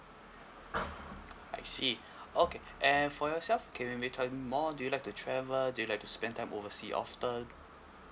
I see okay and for yourself can maybe tell me more do you like to travel do you like to spend time overseas often